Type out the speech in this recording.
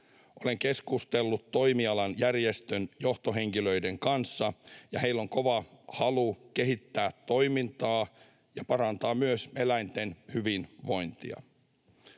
Olen keskustellut toimialan järjestön johtohenkilöiden kanssa, ja heillä on kova halu kehittää toimintaa ja parantaa myös eläinten hyvinvointia.